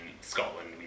Scotland